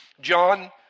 John